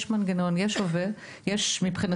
מה שעלה